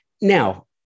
Now